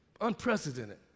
Unprecedented